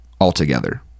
altogether